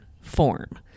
form